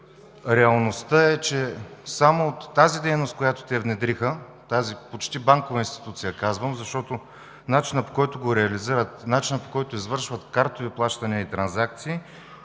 реалността е, че само от дейността, която те внедриха, казвам тази почти банкова институция, защото начинът, по който го реализират, начинът, по който извършват картови плащания и транзакции,